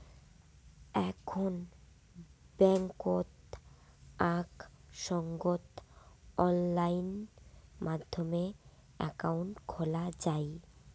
এখন বেংকত আক সঙ্গত অনলাইন মাধ্যমে একাউন্ট খোলা যাই